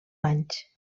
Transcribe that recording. anys